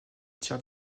tir